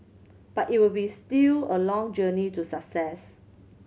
but it will be still a long journey to success